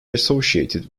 associated